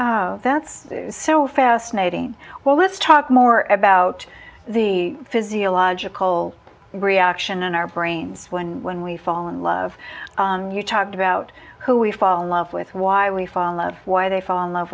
that that's so fascinating well let's talk more about the physiological reaction in our brains when we fall in love you talked about who we fall in love with why we fall in love why they fall in love